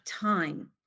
time